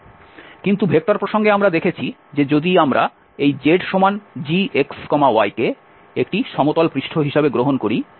কিন্তু ভেক্টর প্রসঙ্গে আমরা দেখেছি যে যদি আমরা এই zgxyকে একটি সমতল পৃষ্ঠ হিসাবে গ্রহণ করি